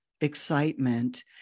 excitement